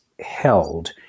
held